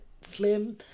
Slim